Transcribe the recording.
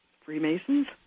Freemasons